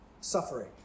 suffering